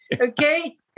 Okay